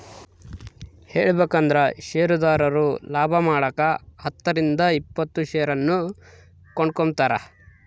ಹೇಳಬೇಕಂದ್ರ ಷೇರುದಾರರು ಲಾಭಮಾಡಕ ಹತ್ತರಿಂದ ಇಪ್ಪತ್ತು ಷೇರನ್ನು ಕೊಂಡುಕೊಂಬ್ತಾರ